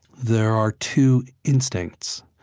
there are two instincts.